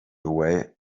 away